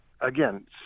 again